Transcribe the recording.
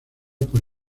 por